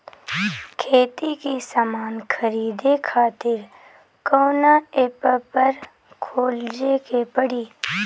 खेती के समान खरीदे खातिर कवना ऐपपर खोजे के पड़ी?